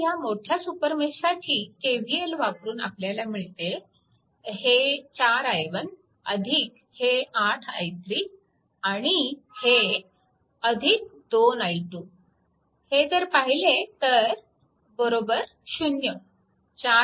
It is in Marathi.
आता ह्या मोठ्या सुपरमेशसाठी KVL वापरून आपल्याला मिळते हे 4 i1 हे 8 i3 आणि हे 2 i2 हे जर पाहिले तर 0